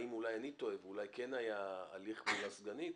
האם אולי אני טועה וכן היה הליך מול הסגנית